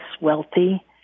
wealthy